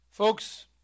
Folks